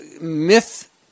myth